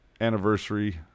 anniversary